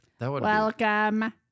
Welcome